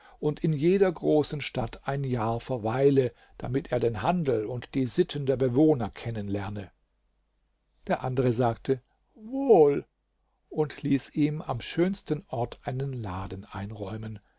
und in jeder großen stadt ein jahr verweile damit er den handel und die sitten der bewohner kennenlerne der andere sagte wohl und ließ ihm am schönsten ort einen laden einräumen